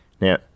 Now